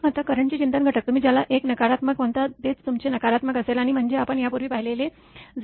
आता करंट चे चिंतन घटक तुम्ही ज्याला 1 नकारात्मक म्हणता तेच तुमचे नकारात्मक असेल म्हणजे आपण यापूर्वी पाहिलेले ०